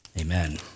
Amen